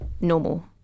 normal